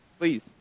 Please